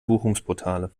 buchungsportale